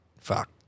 Fuck